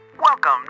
Welcome